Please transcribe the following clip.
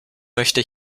möchte